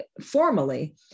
formally